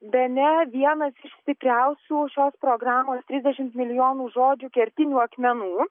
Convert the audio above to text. bene vienas iš stipriausių šios programos trisdešim milijonų žodžių kertinių akmenų